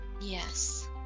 Yes